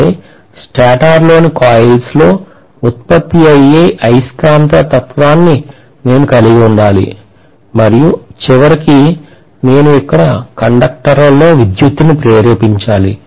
అంటే స్టేటర్లోని కాయిల్స్లో ఉత్పత్తి అయ్యే అయస్కాంతత్వాన్ని నేను కలిగి ఉండాలి మరియు చివరికి నేను ఇక్కడ కండక్టర్లలో విద్యుత్తును ప్రేరేపించాలి